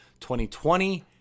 2020